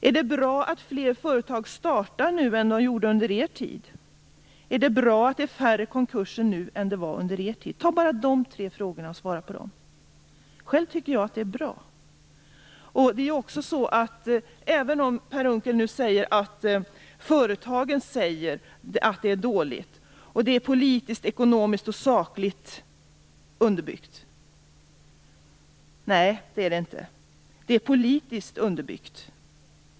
Är det bra att fler företag startar nu än under er tid? Är det bra att det är färre konkurser nu än under er tid? Ta bara de tre frågorna och svara på dem! Själv tycker jag att detta är bra. Per Unckel säger nu att företagen menar att läget är dåligt, och att det är politiskt, ekonomiskt och sakligt underbyggt. Nej, det är det inte. Det är politiskt underbyggt.